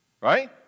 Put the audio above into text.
Right